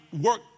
work